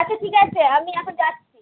আচ্ছা ঠিক আছে আমি এখন যাচ্ছি